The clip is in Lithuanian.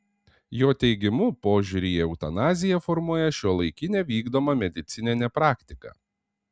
jo teigimu požiūrį į eutanaziją formuoja šiuolaikinė vykdoma medicininė praktika